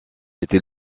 était